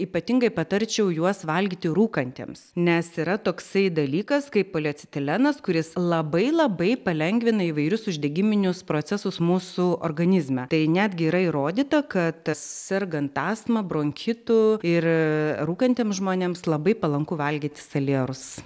ypatingai patarčiau juos valgyti rūkantiems nes yra toksai dalykas kaip poliacitilenas kuris labai labai palengvina įvairius uždegiminius procesus mūsų organizme tai netgi yra įrodyta kad sergant astma bronchitu ir rūkantiems žmonėms labai palanku valgyti salierus